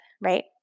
right